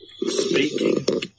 speaking